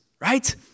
right